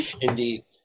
indeed